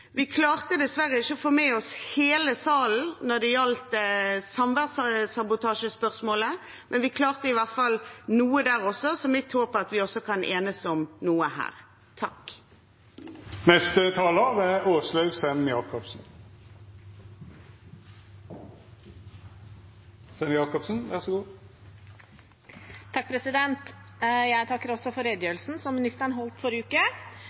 Vi klarte dessverre ikke å få med oss hele salen da det gjaldt samværssabotasjespørsmålet, men vi klarte i hvert fall noe der også. Så mitt håp er at vi også kan enes om noe her. Jeg takker også for redegjørelsen som ministeren holdt forrige uke. Som så ofte før i norsk likestillingssammenheng blir jeg